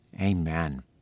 Amen